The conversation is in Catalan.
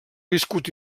viscut